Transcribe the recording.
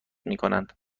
میکنند